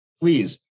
Please